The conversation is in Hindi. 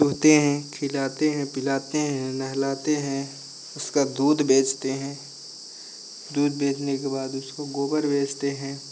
दुहते हैं खिलाते हैं पिलाते हैं नहलाते हैं उसका दूध बेचते हैं दूध बेचने के बाद उसका गोबर बेचते हैं